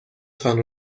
تان